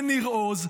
אין ניר עוז,